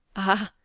ah,